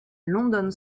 london